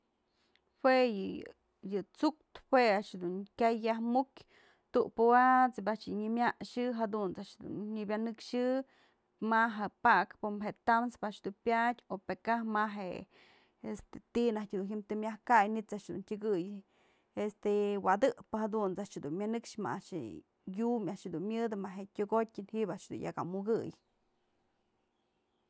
Jue yë tsu'uktë jue a'ax dun kyay yaj mukyë, tu'u pawat's bi'i a'ax nyëmaxyë jadunt's a'ax dun nyëpanëkxyë ma je'e pakpë je'e tamspë a'ax dun pyadyë pë ka ma je'e este ti'i naj dun ji'im të myaj kay, manytë a'ax dun tyëkëy este wa'adëp'pë jadunt's a'ax dun myënëkxë ma a'axjë yum dun myëdë ma je'e tyokotyë ji'ib a'ax yak amukëy.